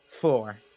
four